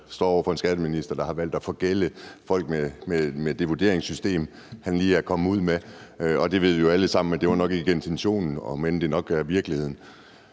står over for en skatteminister, der har valgt at forgælde folk med det vurderingssystem, han lige er kommet ud med. Vi ved jo alle sammen, at det nok ikke var intentionen, om end det nok er virkeligheden.